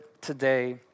today